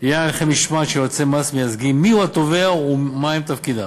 לעניין הליכי משמעת של יועצי מס מייצגים מיהו התובע ומהם תפקידיו.